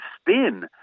spin